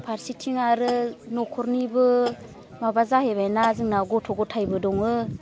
फारसेथिं आरो न'खरनिबो माबा जाहैबाय ना जोंना गथ' गथायबो दङ